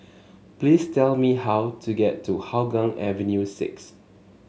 please tell me how to get to Hougang Avenue six